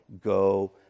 go